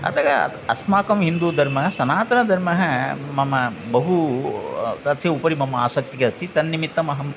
अतः अस्माकं हिन्दुधर्मः सनातनधर्मः मम बहु तस्य उपरि मम आसक्तिः अस्ति तन्निमित्तमहम्